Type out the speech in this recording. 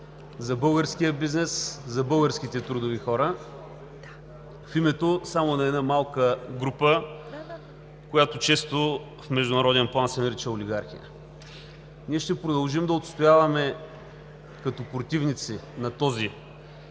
за българския бизнес, за българските трудови хора в името само на една малка група, която често в международен план се нарича олигархия. Ние ще продължим да отстояваме като противници на този